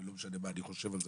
ולא משנה מה אני חושב על זה,